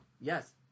Yes